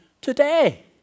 today